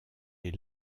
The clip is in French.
est